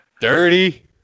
Dirty